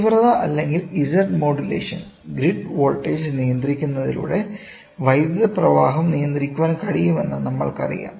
തീവ്രത അല്ലെങ്കിൽ Z modulation grid voltage നിയന്ത്രിക്കുന്നതിലൂടെ വൈദ്യുത പ്രവാഹം നിയന്ത്രിക്കാൻ കഴിയുമെന്ന് നമ്മൾക്കറിയാം